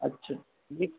اچھا جی